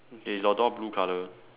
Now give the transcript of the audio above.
is your door blue colour